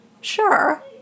Sure